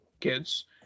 kids